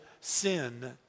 sin